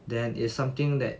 then is something that